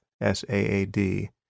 S-A-A-D